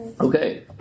Okay